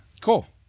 Cool